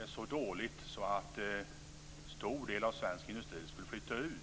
är så dåligt att en stor del av den svenska industrin flyttar ut.